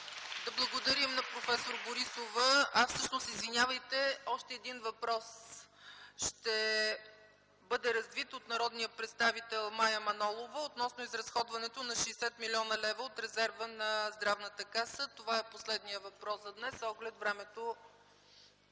Да благодарим на професор Борисова. Още един въпрос ще бъде развит от народния представител Мая Манолова относно изразходването на 60 млн. лв. от резерва на Здравната каса. Това е последният въпрос за днес